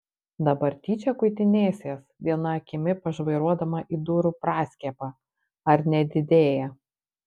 dabar tyčia kuitinėsis viena akimi pažvairuodama į durų praskiepą ar nedidėja